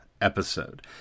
episode